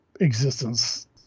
existence